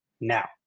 now